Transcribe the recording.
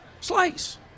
slice